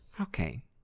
Okay